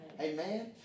Amen